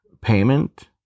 payment